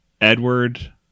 Edward